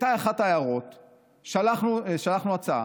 שלחנו הצעה,